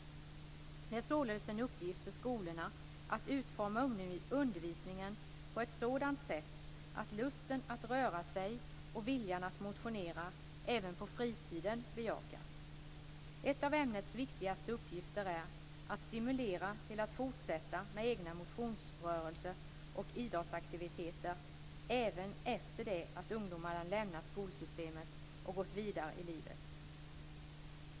Det är således en uppgift för skolorna att utforma undervisningen på ett sådant sätt att lusten att röra sig och viljan att motionera även på fritiden bejakas. En av ämnets viktigaste uppgifter är att stimulera till att fortsätta med egna motions-, rörelse och idrottsaktiviteter även efter det att ungdomarna lämnat skolsystemet och gått vidare i livet.